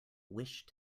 wish